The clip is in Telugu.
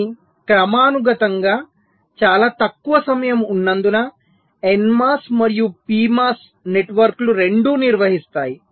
అవి క్రమానుగతంగా చాలా తక్కువ సమయం ఉన్నందున NMOS మరియు PMOS నెట్వర్క్లు రెండూ నిర్వహిస్తాయి